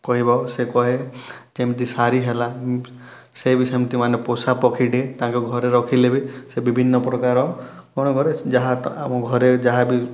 କହିବ ସେ କହେ ଯେମିତି ଶାରୀ ହେଲା ସେ ବି ସେମିତି ମାନେ ପୋଷା ପକ୍ଷୀ ଟେ ତାକୁ ଘରେ ରଖିଲେ ବି ସେ ବିଭିନ୍ନ ପ୍ରକାର ମନେକରେ ଯାହା କ ଆମ ଘରେ ଯାହାବି